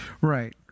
Right